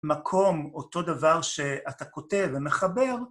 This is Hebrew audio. מקום אותו דבר שאתה כותב ומחבר.